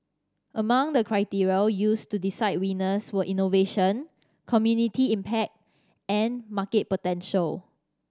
among the criteria used to decide winners were innovation community impact and market potential